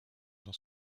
dans